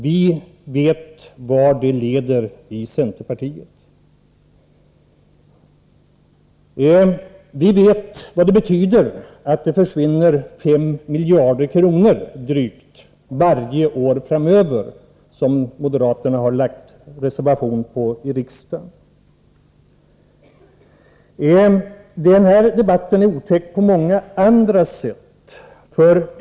Vi vet vad en förlust av drygt 5 miljarder kronor varje år framöver betyder — vilket moderaterna har reserverat sig för i riksdagen. Den här debatten är otäck också på många andra sätt.